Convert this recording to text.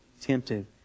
tempted